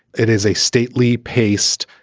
it is a stately, paced,